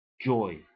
joy